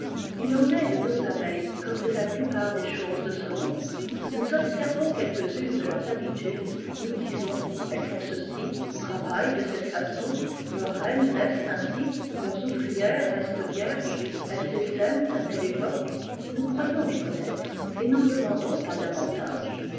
il en est dé nos abeilles comme de la plupart des choses de ce monde nous observons quelques-unes de leurs habitudes nous disons elles font ceci travaillent de cette façon leurs reines naissent ainsi leurs ouvrières restent vierges elles essaiment à telle époque nous croyons les connaître et nen demandons pas davantage